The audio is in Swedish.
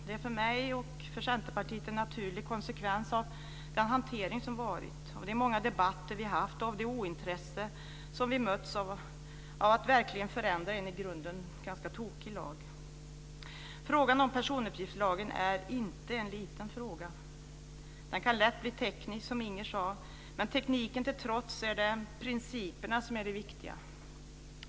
Det är för mig och Centerpartiet en naturlig konsekvens av den hantering som varit, de många debatter vi haft och det ointresse som vi mötts av när det gäller att förändra en i grunden ganska tokig lag. Frågan om personuppgiftslagen är inte en liten fråga. Den kan lätt bli teknisk, som Inger René sade. Men tekniken till trots är det principerna som är det viktiga.